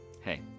Hey